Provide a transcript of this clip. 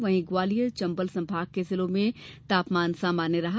वहीं ग्वालियर चंबल संभाग के जिलों में तापमान सामान्य रहा